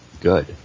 good